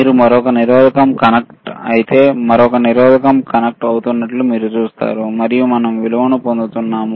మీరు మరొక నిరోధకం కనెక్ట్ అయితే మరొక నిరోధకం కనెక్ట్ అవుతున్నట్లు మీరు చూస్తారు మరియు మనం విలువను పొందుతున్నాము